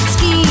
Ski